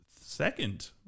second